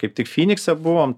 kaip tik fynikse buvom